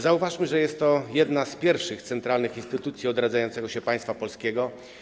Zauważmy, że jest to jedna z pierwszych centralnych instytucji odradzającego się państwa polskiego.